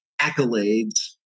accolades